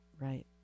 right